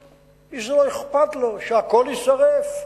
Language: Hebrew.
מי שלא אכפת לו שהכול יישרף.